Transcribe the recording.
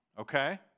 okay